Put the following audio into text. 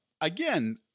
Again